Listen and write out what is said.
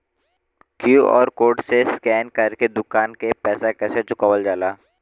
QR code से scan कर के दुकान के पैसा कैसे चुकावल जाला?